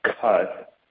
cut